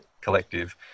collective